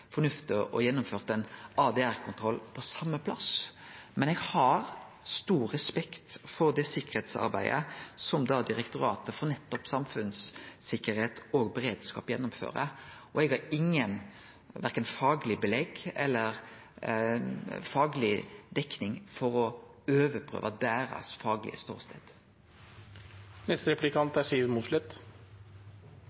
fornuftig å gjennomføre ein ADR-kontroll same stad, men eg har stor respekt for det sikkerheitsarbeidet som Direktoratet for samfunnstryggleik og beredskap gjennomfører, og eg har inga fagleg dekning for å overprøve deira faglege